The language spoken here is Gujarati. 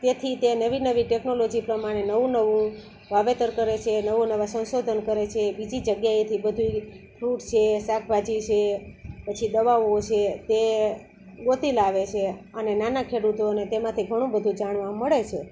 તેથી તે નવી નવી ટેક્નોલોજી પ્રમાણે નવું નવું વાવેતર કરે છે નવા નવા સંશોધન કરે છે બીજી જગ્યાએથી બધું ફ્રૂટ છે શાકભાજી સે પછી દવાઓ છે તે શોધી લાવે છે અને નાના ખેડૂતોને તેમાંથી ઘણું બધું જાણવા મળે છે